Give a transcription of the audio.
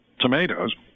tomatoes